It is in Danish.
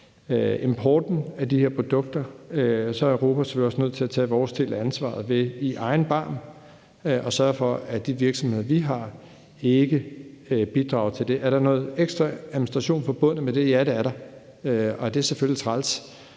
importen af de her produkter, så er vi i Europa selvfølgelig også nødt til at tage vores del af ansvaret; at gribe i egen barm og sørge for, at de virksomheder, vi har, ikke bidrager til det. Er der noget ekstra administration forbundet med det? Ja, det er der, og det er selvfølgelig træls.